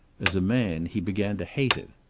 as a man he began to hate it.